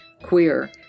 queer